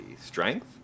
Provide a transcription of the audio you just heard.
strength